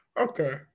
Okay